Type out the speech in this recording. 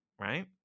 right